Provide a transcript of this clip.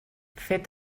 fet